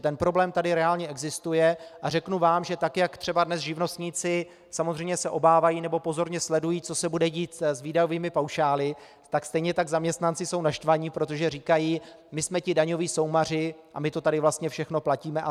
Ten problém tady reálně existuje, a řeknu vám, že tak jako třeba dnes živnostníci samozřejmě se obávají nebo pozorně sledují, co se bude dít s výdajovými paušály, tak stejně tak zaměstnanci jsou naštvaní, protože říkají: my jsme ti daňoví soumaři a my to tady vlastně všechno platíme a táhneme.